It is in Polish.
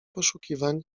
poszukiwań